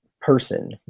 person